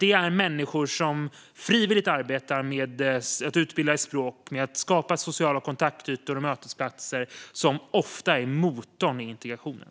Det är människor som frivilligt arbetar med att utbilda i språk och att skapa sociala kontaktytor och mötesplatser som ofta är motorn i integrationen.